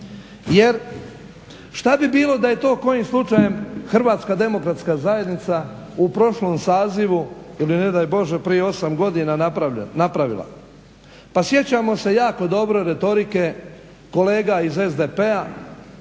jer što bi bilo da je to kojim slučajem HDZ u prošlom sazivu ili ne daj Bože prije 8 godina napravila? Pa sjećamo se jako dobro retorike kolega iz SDP-a